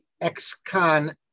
ex-con